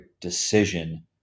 decision